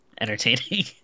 entertaining